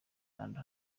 kanda